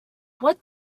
what